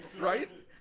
right.